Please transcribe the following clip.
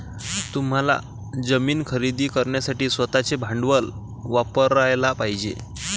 तुम्हाला जमीन खरेदी करण्यासाठी स्वतःचे भांडवल वापरयाला पाहिजे